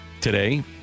today